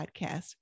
podcast